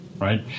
right